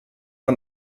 man